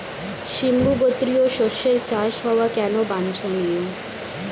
সিম্বু গোত্রীয় শস্যের চাষ হওয়া কেন বাঞ্ছনীয়?